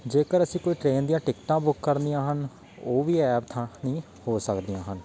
ਜੇਕਰ ਅਸੀਂ ਕੋਈ ਟ੍ਰੇਨ ਦੀਆਂ ਟਿਕਟਾਂ ਬੁੱਕ ਕਰਨੀਆਂ ਹਨ ਉਹ ਵੀ ਐਪ ਰਾਹੀਂ ਹੋ ਸਕਦੀਆਂ ਹਨ